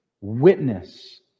witness